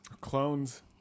Clones